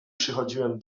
przychodziłem